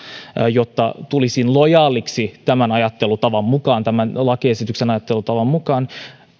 jotta tulisin lojaaliksi tämän ajattelutavan mukaan tämän lakiesityksen ajattelutavan mukaan